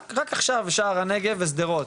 רק עכשיו שער הנגב ושדרות,